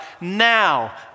now